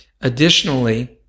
Additionally